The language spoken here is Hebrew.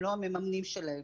הם לא הממנים שלהם.